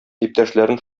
иптәшләрен